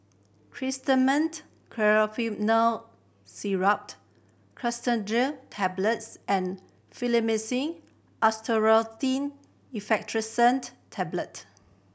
Chlorminet Syrup Cetirizine Tablets and Fluimucil Acetylcysteine Effervescent Tablet